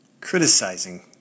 criticizing